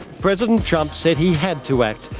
president trump said he had to act.